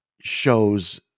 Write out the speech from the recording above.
shows